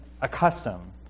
accustomed